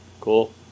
Cool